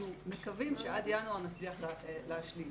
אנחנו מקווים שעד ינואר נצליח להשלים.